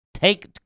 Take